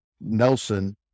nelson